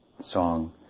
song